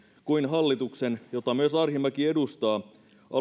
kuin hallituksen jota myös arhinmäki edustaa